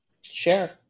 Share